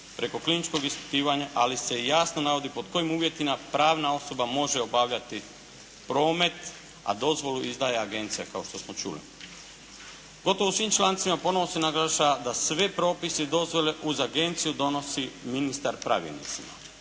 preko kliničkog ispitivanja, ali se jasno navodi pod kojim uvjetima pravna osoba može obavljati promet, a dozvolu izdaje agencija kao što smo čuli. Gotovo svi člancima ponovo se naglašava da sve propise i dozvole uz agenciju donosi ministar pravilnicima.